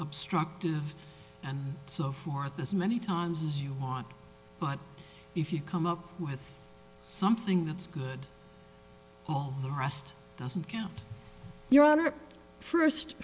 obstructive and so forth as many times as you want but if you come up with something that's good the rest doesn't count your honor first